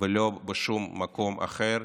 ולא בשום מקום אחר.